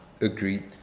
Agreed